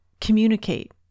communicate